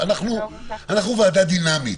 אנחנו ועדה דינמית.